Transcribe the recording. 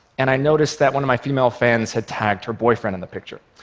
and i noticed that one of my female fans had tagged her boyfriend in the picture,